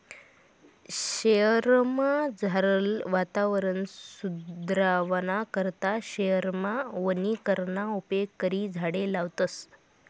शयेरमझारलं वातावरण सुदरावाना करता शयेरमा वनीकरणना उपेग करी झाडें लावतस